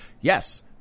yes